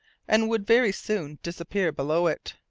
and would very soon disappear below it.